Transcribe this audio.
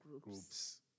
groups